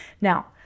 Now